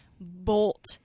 bolt